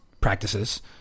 practices